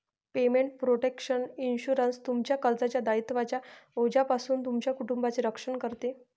payment protection insurance, तुमच्या कर्जाच्या दायित्वांच्या ओझ्यापासून तुमच्या कुटुंबाचे रक्षण करते